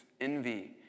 envy